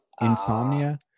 insomnia